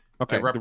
Okay